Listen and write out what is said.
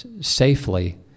safely